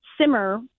simmer